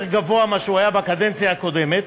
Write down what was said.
גבוה ממה שהוא היה בקדנציה הקודמת,